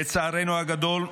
לצערנו הגדול,